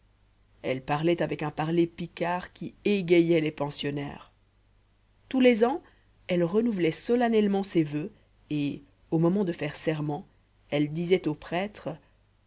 elle parlait avec un parler picard qui égayait les pensionnaires tous les ans elle renouvelait solennellement ses voeux et au moment de faire serment elle disait au prêtre